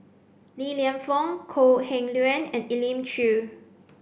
Li Lienfung Kok Heng Leun and Elim Chew